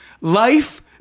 Life